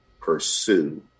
pursue